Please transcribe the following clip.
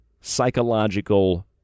psychological